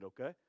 okay